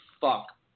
fuck